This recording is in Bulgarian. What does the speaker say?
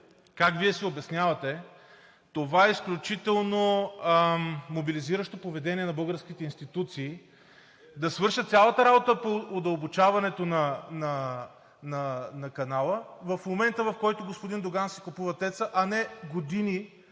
как Вие си обяснявате това изключително мобилизиращо поведение на българските институции да свършат цялата работа по удълбочаването на канала в момента, в който господин Доган си купува ТЕЦ-а, а не години